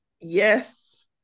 Yes